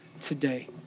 today